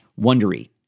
Wondery